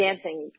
Dancing